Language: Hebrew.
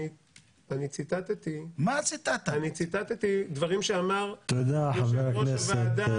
אני ציטטתי דברים שאמר יושב-ראש הוועדה,